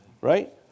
right